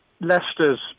leicester's